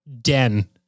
den